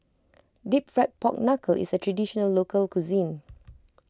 Deep Fried Pork Knuckle is a Traditional Local Cuisine